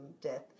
death